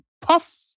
puff